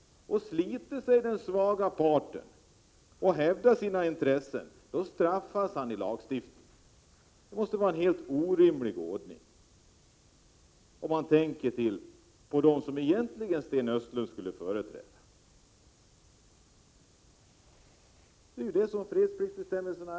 Sliter sig den svaga parten och hävdar sina intressen, straffas han med hjälp av lagen. Det måste vara en helt orimlig ordning för dem som Sten Östlund egentligen borde företräda. Men sådana är fredspliktsbestämmelserna.